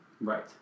Right